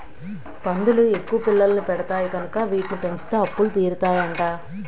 పందులు ఎక్కువ పిల్లల్ని పెడతాయి కనుక వీటిని పెంచితే అప్పులు తీరుతాయట